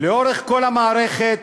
לאורך כל המערכת,